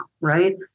right